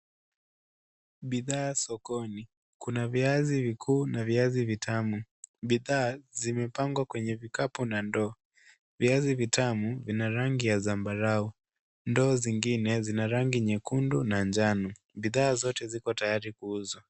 Bidhaa sokoni, kuna viazi vikuu na viazi vitamu. Bidhaa zimepangwa kwenye vikapu na ndoo. Viazi vitamu vina rangi ya zambarau. Ndoo zingine zina rangi nyekundu na njano. Bidhaa zote ziko tayari kuuzwa.